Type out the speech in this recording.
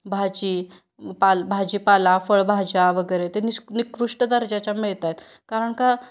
भाजी पाल भाजीपाला फळभाज्या वगैरे ते नि निकृष्ट दर्जाच्या मिळत आहेत कारण का